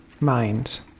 mind